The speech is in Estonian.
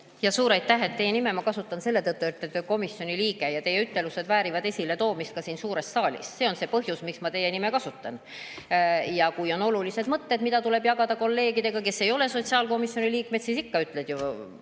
Suur aitäh! Teie nime ma kasutan selle tõttu, et te olete komisjoni liige ja teie ütlused väärivad esiletoomist ka siin suures saalis. See on põhjus, miks ma teie nime kasutan. Ja kui on olulisi mõtted, mida tuleb jagada kolleegidega, kes ei ole sotsiaalkomisjoni liikmed, siis ikka ju ütled [need